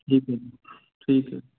ਠੀਕ ਹੈ ਜੀ ਠੀਕ ਹੈ